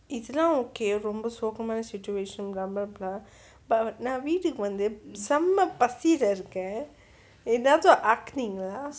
இதுலாம்:ithulaam okay ரொம்ப சோகமான:romba sogamana situation blah blah blah but நா வீட்டுக்கு வந்து செம்ம பசில இருக்கேன் எதாச்சும் ஆக்குநிங்களா:naa veethuku vanthu semma pasila irukken ethachum aakuningala